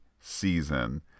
season